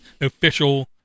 official